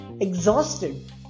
exhausted